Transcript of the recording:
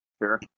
Sure